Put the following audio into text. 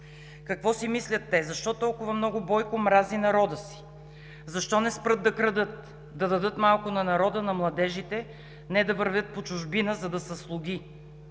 Какво си мислят те? Защо толкова много Бойко мрази народа си? Защо не спрат да крадат? Да дадат малко на народа, на младежите – не да вървят по чужбина, за да са слуги.